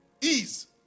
Ease